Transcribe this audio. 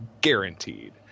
guaranteed